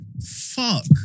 Fuck